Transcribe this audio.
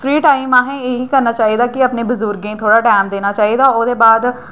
free time असेंगी इ'यै करना चाहिदा कि अपने बजुर्गें गी थोह्ड़ा टाइम देना चाहिदा ओह्दे बाद